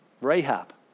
Rahab